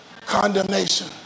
condemnation